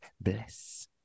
bless